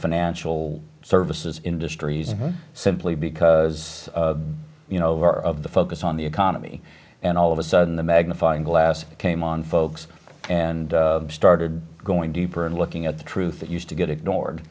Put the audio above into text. financial services industries simply because you know our of the focus on the economy and all of a sudden the magnifying glass came on folks and started going deeper and looking at the truth that used to get ignored